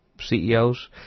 CEOs